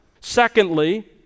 Secondly